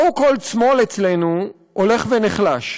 ה-so called שמאל אצלנו הולך ונחלש.